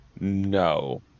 No